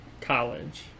College